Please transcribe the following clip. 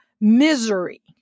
misery